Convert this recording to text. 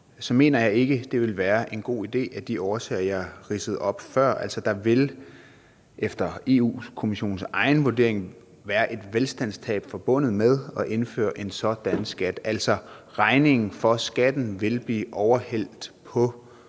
så mener jeg ikke, at det ville være en god idé af de årsager, jeg ridsede op før. Der vil efter Europa-Kommissionens egen vurdering være et velstandstab forbundet med at indføre en sådan skat, altså regningen for skatten ville blive overhældt på